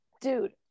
dude